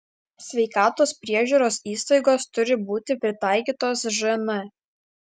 sveikatos priežiūros įstaigos turi būti pritaikytos žn